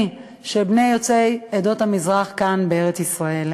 של בני יוצאי עדות המזרח כאן בארץ-ישראל.